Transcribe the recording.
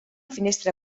finestra